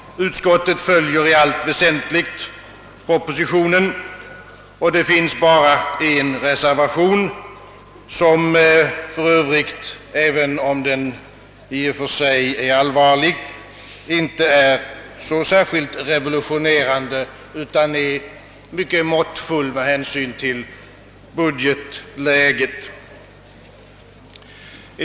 Utskottet följer i allt väsentligt propositionen, och det finns bara en reservation som, även om den i och för sig är allvarlig, inte är särskilt revolutionerande utan mycket måttfull med hänsyn till budgetläget.